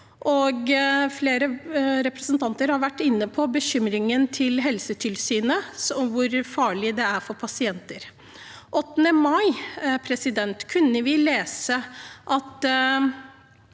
Flere representanter har vært inne på bekymringen til Helsetilsynet om hvor farlig det er for pasienter. Den 8. mai kunne vi lese at